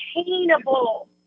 attainable